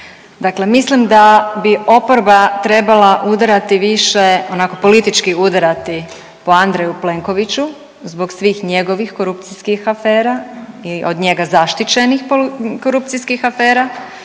mislim da bi oporba trebala udarati više, onako politički udarati po Andreju Plenkoviću zbog svih njegovih korupcijskih afera i od njega zaštićenih korupcijskih afera